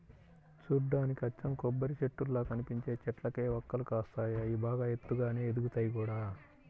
చూడ్డానికి అచ్చం కొబ్బరిచెట్టుల్లా కనిపించే చెట్లకే వక్కలు కాస్తాయి, అయ్యి బాగా ఎత్తుగానే ఎదుగుతయ్ గూడా